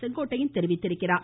செங்கோட்டையன் தெரிவித்துள்ளார்